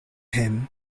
him